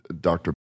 doctor